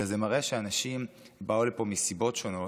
אלא זה מראה שאנשים באו לפה מסיבות שונות,